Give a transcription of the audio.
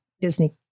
Disney